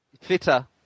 Fitter